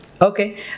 okay